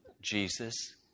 Jesus